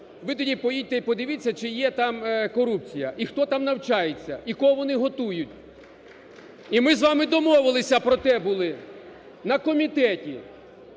Ви тоді поїдьте і подивіться чи є там корупція і хто там навчається, і кого вони готують. І ми з вами домовилися про те, були, на комітеті,